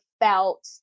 felt